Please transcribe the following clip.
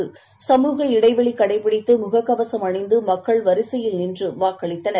செய்தியாளர் சமுக இடைவெளிகடைபிடித்துமுகக்கவசம் அணிந்துமக்கள் வரிசையில் நின்றுவாக்களித்தனர்